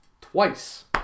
twice